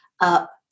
up